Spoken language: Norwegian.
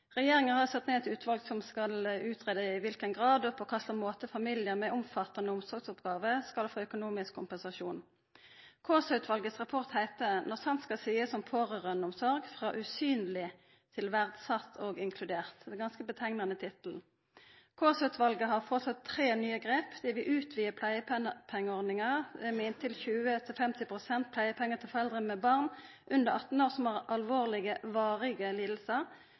Regjeringa har sett ned eit utval som skal greia ut i kva for grad og på kva slags måte familiar med omfattande omsorgsoppgåver skal få økonomisk kompensasjon. Kaasa-utvalets rapport heiter: Når sant skal sies om pårørendeomsorg – fra usynlig til verdsatt og inkludert. Det er ein ganske treffande tittel. Kaasa-utvalet har foreslått tre nye grep. Dei vil gradera pleiepengeordninga frå 20 til 50 pst. til foreldre med barn under 18 som har alvorlege, varige